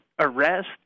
arrest